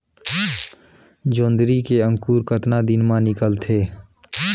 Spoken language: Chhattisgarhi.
जोंदरी के अंकुर कतना दिन मां निकलथे?